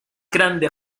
grande